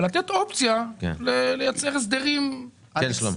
אבל לתת אופציה לייצר הסדרים כאלה.